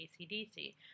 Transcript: ACDC